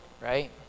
right